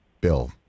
Bill